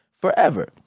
forever